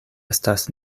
estas